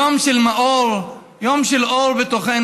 יום של מאור, יום של אור בתוכנו.